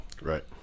Right